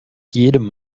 jedem